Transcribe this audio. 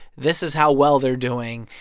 this is how well they're doing.